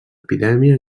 epidèmia